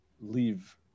leave